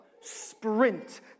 sprint